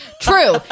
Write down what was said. True